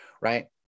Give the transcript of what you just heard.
right